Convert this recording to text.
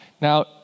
Now